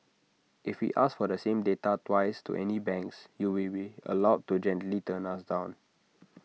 if we ask for the same data twice to any banks you will be allowed to gently turn us down